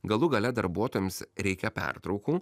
galų gale darbuotojams reikia pertraukų